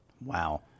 Wow